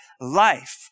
life